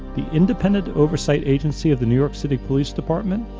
the independent oversight agency of the new york city police department,